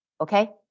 Okay